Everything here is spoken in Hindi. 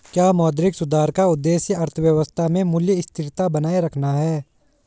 क्या मौद्रिक सुधार का उद्देश्य अर्थव्यवस्था में मूल्य स्थिरता बनाए रखना है?